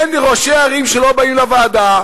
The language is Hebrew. אין ראשי ערים שלא באים לוועדה,